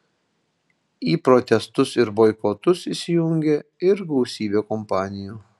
į protestus ir boikotus įsijungė ir gausybė kompanijų